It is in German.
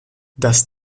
das